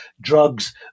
drugs